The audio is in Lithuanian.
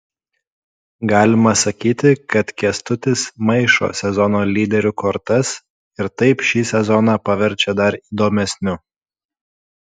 galima sakyti kad kęstutis maišo sezono lyderių kortas ir taip šį sezoną paverčia dar įdomesniu